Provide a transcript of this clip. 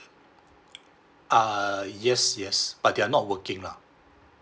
uh yes yes but they are not working lah